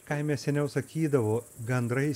kaime seniau sakydavo gandrai